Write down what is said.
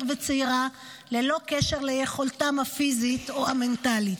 וצעירה ללא קשר ליכולתם הפיזית או המנטלית,